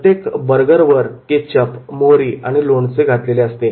प्रत्येक बर्गर वर केचप मोहरी आणि लोणचे घातलेले असते